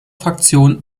fraktion